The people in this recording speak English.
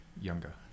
younger